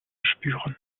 spüren